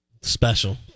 Special